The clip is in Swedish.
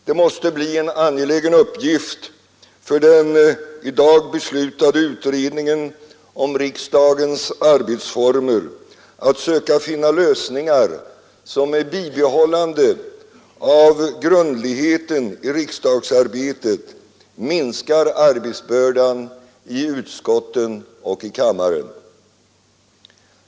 Det måste bli en angelägen uppgift för den i dag beslutade utredningen om riksdagens arbetsformer att söka finna lösningar som med bibehållande av grundligheten i riksdagsarbetet minskar arbetsbördan i utskotten och i kammaren.